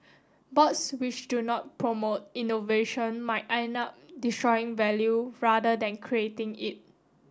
boards which do not promote innovation might end up destroying value rather than creating it